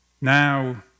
now